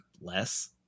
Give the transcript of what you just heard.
less